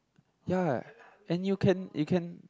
ya and you can you can